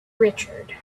richard